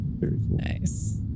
Nice